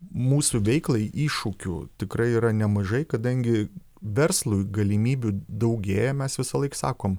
mūsų veiklai iššūkių tikrai yra nemažai kadangi verslui galimybių daugėja mes visąlaik sakom